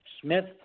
Smith